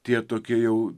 tie tokie jau